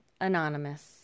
anonymous